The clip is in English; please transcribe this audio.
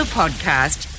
podcast